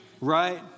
right